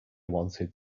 wanted